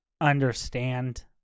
understand